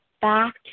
back